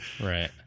Right